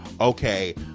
okay